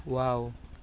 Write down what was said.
wow